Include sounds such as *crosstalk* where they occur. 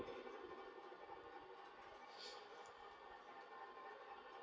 *noise*